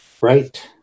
right